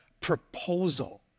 proposal